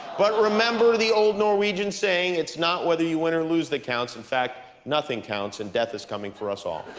but remember the old norwegian saying, it's not whether you win or lose that counts. in fact, nothing counts, and death is coming for us all.